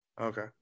Okay